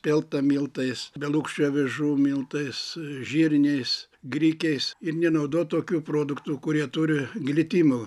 spelta miltais belukščių avižų miltais žirniais grikiais ir nenaudot tokių produktų kurie turi glitimo